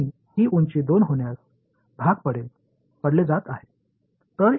நான் இங்கிருந்து தொடங்கும்போது மதிப்பு a உடன் வரும்